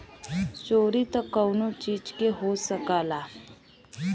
चोरी त कउनो चीज के हो सकला